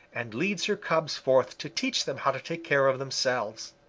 and leads her cubs forth to teach them how to take care of themselves.